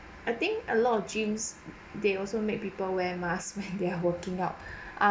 I think a lot of gyms they also make people wear masks when they're working out